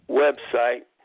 website